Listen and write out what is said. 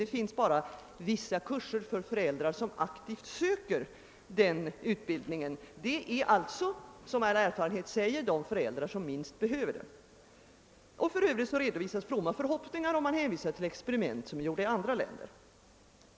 Det finns bara vissa kurser för föräldrar som aktivt söker denna utbildning; det är alltså, som all erfarenhet säger, de föräldrar som minst behöver den. För övrigt redovisas fromma förhoppningar och hänvisas till experiment gjorda i andra länder.